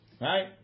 Right